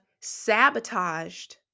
sabotaged